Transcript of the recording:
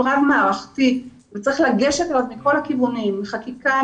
רב-מערכתי וצריך לגשת אליו מכל הכיוונים: חקיקה,